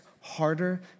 harder